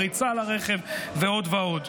פריצה לרכב ועוד ועוד.